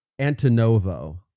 Antonovo